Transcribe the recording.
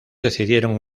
decidieron